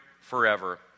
forever